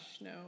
No